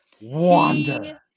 wander